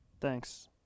Thanks